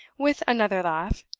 with another laugh.